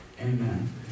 amen